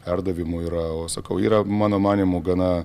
perdavimų yra o sakau yra mano manymu gana